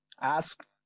Ask